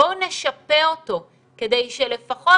בואו נשפה אותו כדי שלפחות,